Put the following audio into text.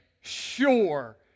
sure